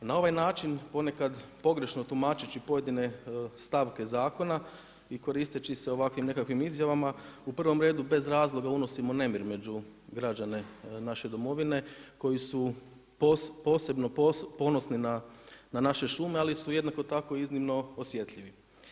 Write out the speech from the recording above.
Na ovaj način ponekad pogrešno tumačeći pojedine stavke zakona i koristeći se ovakvim nekakvim izjavama u prvom redu bez razloga unosimo nemir među građane naše domovine koji su posebno ponosni na naše šume ali su jednako tako iznimno osjetljivi.